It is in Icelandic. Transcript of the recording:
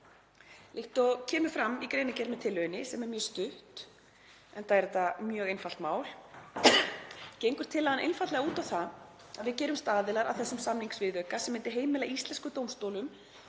Líkt og kemur fram í greinargerð með tillögunni, sem er mjög stutt, enda er þetta mjög einfalt mál, gengur tillagan einfaldlega út á það að við gerumst aðilar að þessum samningsviðauka sem myndi heimila íslenskum dómstólum